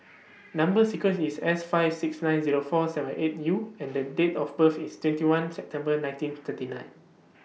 Number sequence IS S five six nine Zero four seven eight U and The Date of birth IS twenty one September nineteen thirty nine